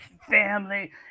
family